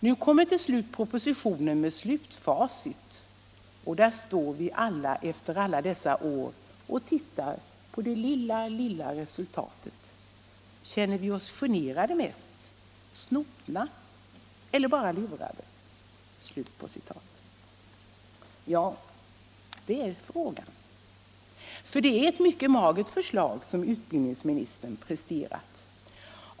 Nu kommer till slut propositionen med slutfacit. Och där står vi alla efter alla dessa år och tittar på det lilla, lilla resultatet. Känner vi oss generade mest? Snopna? Eller bara lurade?” Ja, det är frågan. För det är ett mycket magert förslag som utbildningsministern presterat.